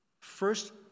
first